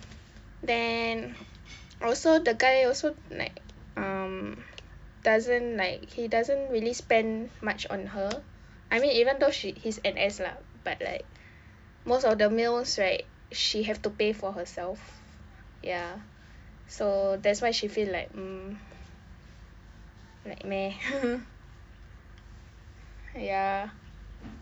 then also the guy also like um doesn't like he doesn't really spend much on her I mean even though sh~ he's N_S lah but like most of the meals right she have to pay for herself ya so that's why she feel like mm like meh ya